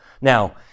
Now